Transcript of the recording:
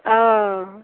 অ